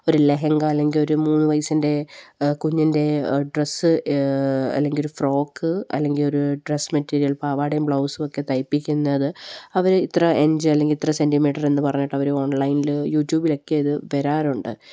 ഒരു ലഹങ്ക അല്ലെങ്കില് ഒരു മൂന്ന് വയസ്സിൻ്റെ കുഞ്ഞിൻ്റെ ഡ്രസ്സ് അല്ലെങ്കില് ഒരു ഫ്രോക്ക് അല്ലെങ്കിലൊരു ഡ്രസ്സ് മെറ്റീരിയൽ പാവാടയും ബ്ലൗസുമൊക്കെ തയ്പ്പിക്കുന്നത് അവര് ഇത്ര ഇഞ്ച് അല്ലെങ്കില് ഇത്ര സെൻറ്ററിമീറ്റർ എന്ന് പറഞ്ഞിട്ട് അവര് ഓൺലൈനില് യൂട്യൂബിലുമൊക്കെ ഇത് വരാറുണ്ട്